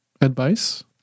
Advice